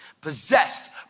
possessed